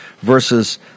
versus